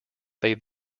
they